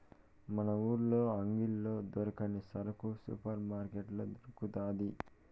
మన ఊర్ల అంగిల్లో దొరకని సరుకు సూపర్ మార్కట్లో దొరకతాది